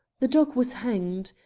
the dog was hanged.